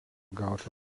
gauti